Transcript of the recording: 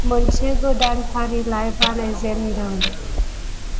मोनसे गोदान फारिलाइ बानायजेनदों